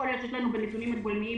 יכול להיות שיש לנו בנתונים הגולמיים